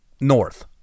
north